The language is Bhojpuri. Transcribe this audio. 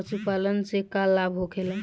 पशुपालन से का लाभ होखेला?